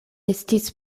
estis